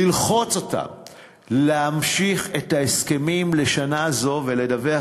ללחוץ עליהן להמשיך את ההסכמים לשנה זו ולדווח